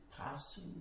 passing